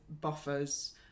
buffers